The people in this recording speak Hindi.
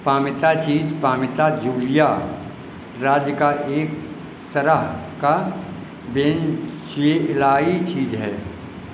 पामिता चीज पामिता जूलिया राज्य का एक तरह का चीज है